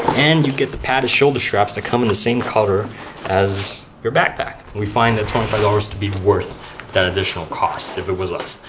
and you get the padded shoulder straps that come in the same color as your backpack. we find that twenty five dollars to be worth that additional cost if it was us.